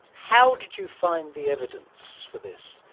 how did you find the evidence for this?